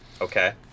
Okay